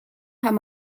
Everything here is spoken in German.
kann